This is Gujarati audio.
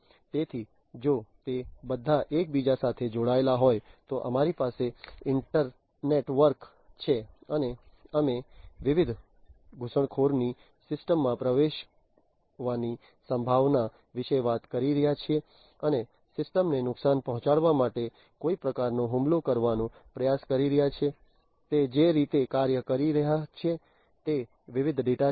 તેથી જો તે બધા એકબીજા સાથે જોડાયેલા હોય તો અમારી પાસે ઈન્ટરનેટવર્ક છે અને અમે વિવિધ ઘુસણખોરોની સિસ્ટમ માં પ્રવેશવાની સંભાવના વિશે વાત કરી રહ્યા છીએ અને સિસ્ટમ ને નુકસાન પહોંચાડવા માટે કોઈ પ્રકારનો હુમલો કરવાનો પ્રયાસ કરી રહ્યા છીએ તે જે રીતે કાર્ય કરી રહ્યું છે તે વિવિધ ડેટા છે